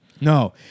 No